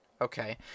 okay